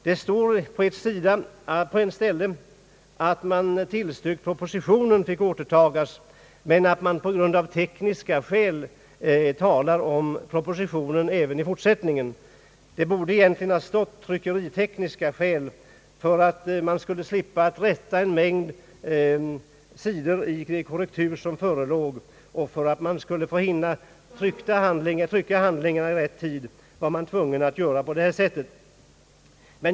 Det står på ett ställe att man tillstyrkt att propositionen fick återtagas men att man av tekniska skäl även i fortsättningen talar om »propositionen». Det borde egentligen ha stått »tryckeritekniska skäl», ty för att slippa rätta en mängd sidor som förelåg i korrektur och för att hinna trycka handlingarna i rätt tid, var man tvungen att göra på detta sätt.